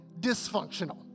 dysfunctional